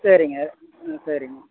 சரிங்க ம் சரிங்க